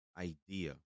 idea